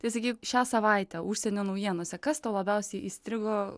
visgi šią savaitę užsienio naujienose kas tau labiausiai įstrigo